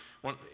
one